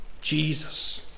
Jesus